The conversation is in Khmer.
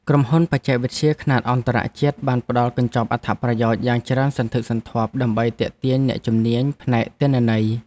ក្រុមហ៊ុនបច្ចេកវិទ្យាខ្នាតអន្តរជាតិបានផ្តល់កញ្ចប់អត្ថប្រយោជន៍យ៉ាងច្រើនសន្ធឹកសន្ធាប់ដើម្បីទាក់ទាញអ្នកជំនាញផ្នែកទិន្នន័យ។